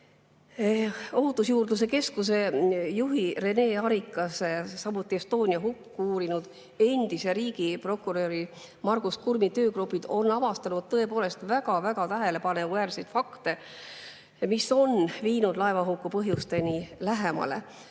Ohutusjuurdluse Keskuse juhi Rene Arikase ja samuti Estonia hukku uurinud endise riigiprokuröri Margus Kurmi töögrupid on avastanud tõepoolest väga-väga tähelepanuväärseid fakte, mis on viinud laevahuku põhjustele lähemale.